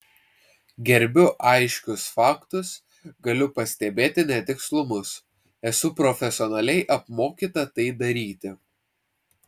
gerbiu aiškius faktus galiu pastebėti netikslumus esu profesionaliai apmokyta tai daryti